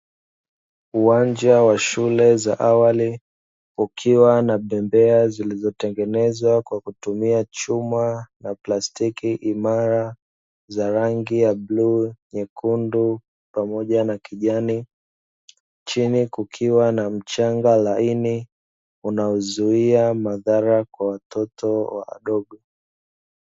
Uwanja wa shule za awali ukiwa na bembea zilizotengenezwa kwa kutumia chuma na plastiki imara za rangi ya bluu, nyekundu pamoja na kijani, chini kukiwa na mchanga laini unaozuia madhara kwa watoto wadogo.